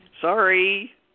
Sorry